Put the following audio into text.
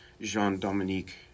Jean-Dominique